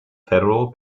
federal